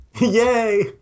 Yay